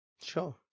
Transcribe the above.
Sure